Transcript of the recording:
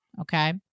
okay